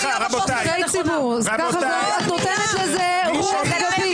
את נותנת לזה רוח גבית.